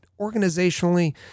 organizationally